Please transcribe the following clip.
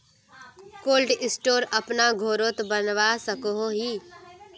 Cold store अपना घोरोत बनवा सकोहो ही?